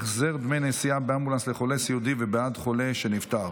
65) (החזר דמי נסיעה באמבולנס לחולה סיעודי ובעד חולה שנפטר),